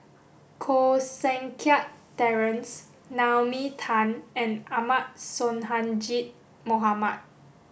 Koh Seng Kiat Terence Naomi Tan and Ahmad Sonhadji Mohamad